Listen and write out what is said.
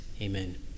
Amen